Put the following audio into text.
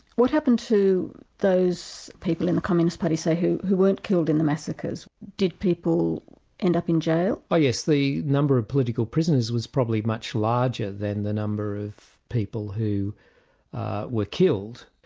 what happened to those people in the communist party say, who who weren't killed in the massacres? did people end up in jail? oh yes, the number of political prisoners was probably much larger than the number of people who were killed.